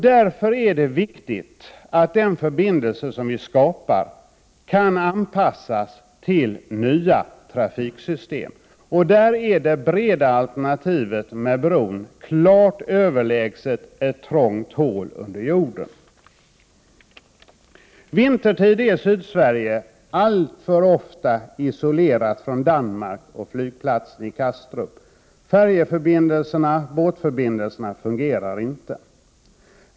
Därför är det viktigt att den förbindelse som vi skapar kan anpassas till nya trafiksystem. Där är det breda alternativet med bron klart överlägset ett trångt hål under jorden. Vintertid är Sydsverige alltför ofta isolerat från Danmark och flygplatsen i Kastrup. Färjeförbindelserna, båtförbindelserna, fungerar inte.